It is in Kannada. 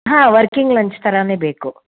ಹಾಂ ವರ್ಕಿಂಗ್ ಲಂಚ್ ಥರಾನೇ ಬೇಕು